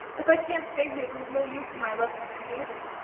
if i can't stay here there is no use in my loving green gables.